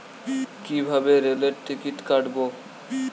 কিভাবে রেলের টিকিট কাটব?